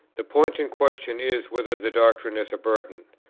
the point in question is, whether the doctrine is a burden.